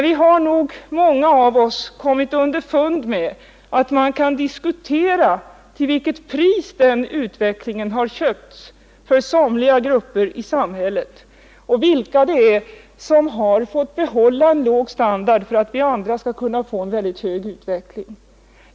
Vi har nog många av oss nu kommit underfund med att man kan diskutera till vilket pris för somliga grupper i samhället den utvecklingen har köpts och vilka det är som har fått stå kvar på en låg standard för att vi andra skall kunna dra nytta av den höga utvecklingen.